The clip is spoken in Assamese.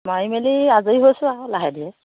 মাৰি মেলি আজৰি হৈছোঁ আৰু লাহে ধীৰে